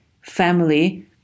family